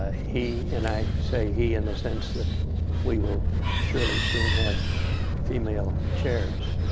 ah he and i say he in the sense that we will surely soon have female chairs.